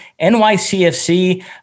NYCFC